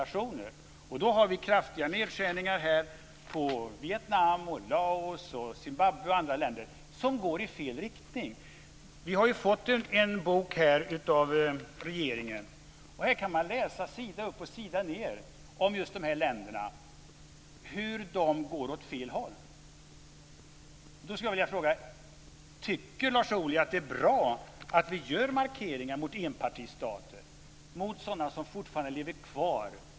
I den kan man läsa sida upp och sida ned om hur just de länderna går åt fel håll.